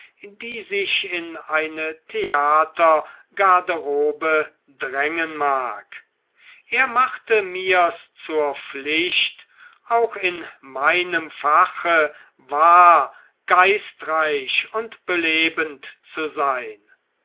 die sich in eine theatergarderobe drängen mag er machte mir's zur pflicht auch in meinem fache wahr geistreich und belebend zu sein